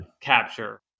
Capture